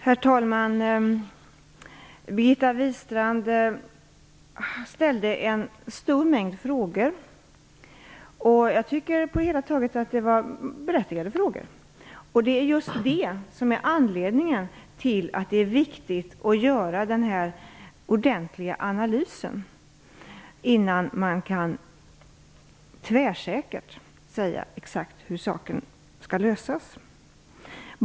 Herr talman! Birgitta Wistrand ställde en stor mängd frågor. Jag tycker på det hela taget att det var berättigade frågor. Det är just det som är anledningen till att det är viktigt att göra denna ordentliga analys innan man tvärsäkert kan säga exakt hur saken skall lösas.